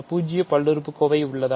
பூஜ்ஜிய பல்லுறுப்புக்கோவை உள்ளதா